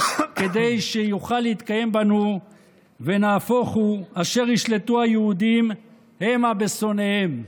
כדי שיוכל להתקיים בנו "ונהפוך הוא אשר ישלטו היהודים המה בשנאיהם",